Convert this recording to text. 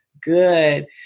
Good